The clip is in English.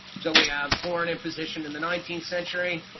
so we have foreign imposition in the nineteenth century.